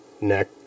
neck